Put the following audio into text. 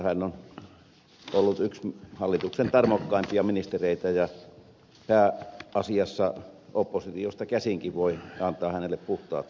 hän on ollut yksi hallituksen tarmokkaimpia ministereitä ja oppositiosta käsinkin voi antaa hänelle pääasiassa puhtaat paperit